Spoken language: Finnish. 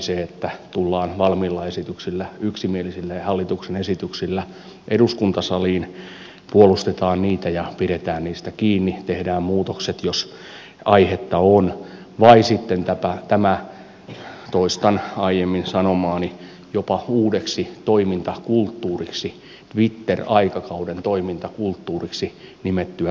se että tullaan valmiilla esityksillä yksimielisillä hallituksen esityksillä eduskuntasaliin puolustetaan niitä ja pidetään niistä kiinni tehdään muutokset jos aihetta on vai sitten tämä toistan aiemmin sanomaani jopa uudeksi toimintakulttuuriksi twitter aikakauden toimintakulttuuriksi nimetty toimintatapa